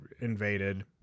invaded